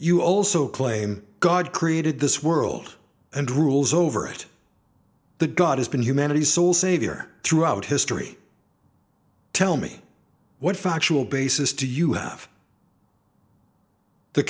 you also claim god created this world and rules over it the god has been humanity's source savior throughout history tell me what factual basis do you have the